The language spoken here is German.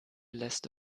lässt